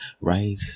right